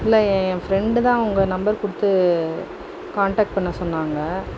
இல்லை என் ஃப்ரெண்டுதான் உங்க நம்பர் கொடுத்து காண்டக்ட் பண்ண சொன்னாங்க